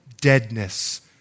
deadness